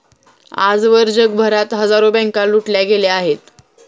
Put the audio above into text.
आजवर जगभरात हजारो बँका लुटल्या गेल्या आहेत